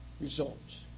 results